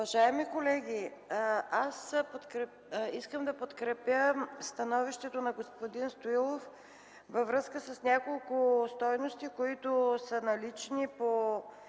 Уважаеми колеги, аз искам да подкрепя становището на господин Стоилов във връзка с няколко стойности, които са налични по